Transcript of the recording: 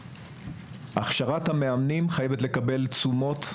הכשרת המאמנים חייבת לקבל תשומות,